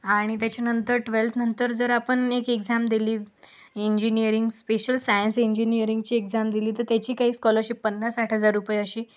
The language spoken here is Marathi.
आणि त्याच्यानंतर ट्वेल्थनंतर जर आपण एक एक्झाम दिली इंजिनीअरिंग स्पेशल सायन्स इंजिनीअरिंगची एक्झाम दिली तर त्याची काही स्कॉलरशिप पन्नास साठ हजार रुपये अशी